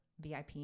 VIP